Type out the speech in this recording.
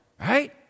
Right